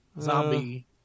Zombie